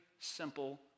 simple